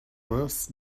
worse